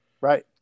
Right